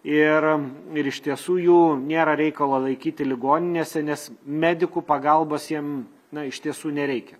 ir ir iš tiesų jų nėra reikalo laikyti ligoninėse nes medikų pagalbos jiem na iš tiesų nereikia